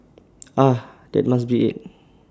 ah that must be IT